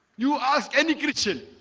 you ask any christian?